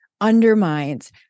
undermines